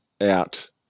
out